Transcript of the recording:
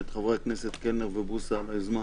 את חבר הכנסת קלנר ואת חבר הכנסת בוסו על היוזמה